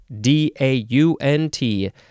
D-A-U-N-T